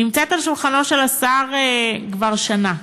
בעצם, נמצא על שולחנו של השר כבר שנה.